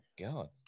God